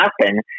happen